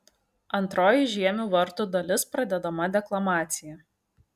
antroji žiemių vartų dalis pradedama deklamacija